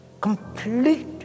complete